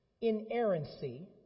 inerrancy